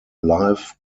live